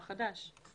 האדם החדש.